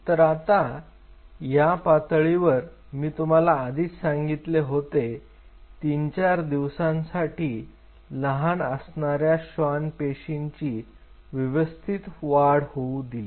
तर आता या पातळीवर मी तुम्हाला आधीच सांगितले होते 3 4 दिवसांसाठी लहान असणाऱ्या श्वान पेशींची व्यवस्थित वाढ होऊ दिली